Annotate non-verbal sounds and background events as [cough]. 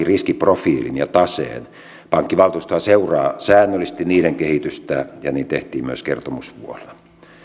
[unintelligible] riskiprofiilin ja taseen pankkivaltuustohan seuraa säännöllisesti niiden kehitystä ja niin tehtiin myös kertomusvuonna